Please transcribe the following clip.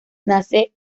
nace